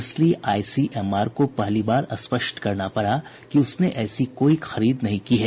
इसलिए आईसीएमआर को पहली बार स्पष्ट करना पड़ा कि उसने ऐसी कोई खरीद नहीं की है